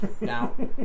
now